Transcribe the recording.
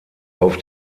auf